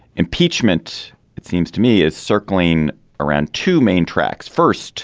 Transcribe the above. impeachment it seems to me is circling around two main tracks first